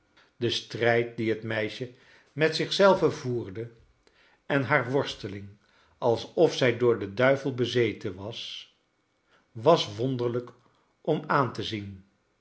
de stnjd dien het meisje met zichzelve voerde en haar worsteling alsof zij door den duivel bezeten was was wonderkik om aan te zien